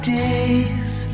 days